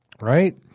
right